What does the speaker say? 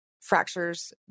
fractures